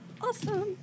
Awesome